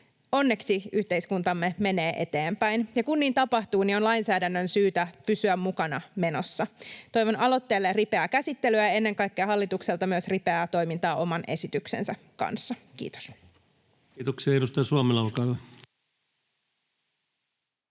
Onneksi yhteiskuntamme menee eteenpäin, ja kun niin tapahtuu, on lainsäädännön syytä pysyä mukana menossa. Toivon aloitteelle ripeää käsittelyä ja ennen kaikkea hallitukselta myös ripeää toimintaa oman esityksensä kanssa. — Kiitos. Kiitoksia. — Edustaja Suomela, olkaa hyvä.